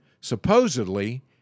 supposedly